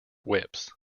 whips